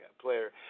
player